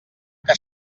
que